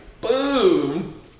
Boom